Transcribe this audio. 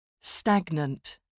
Stagnant